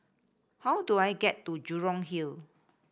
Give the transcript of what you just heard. how do I get to Jurong Hill